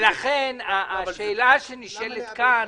לכן השאלה הנשאלת כאן,